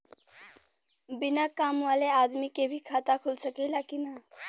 बिना काम वाले आदमी के भी खाता खुल सकेला की ना?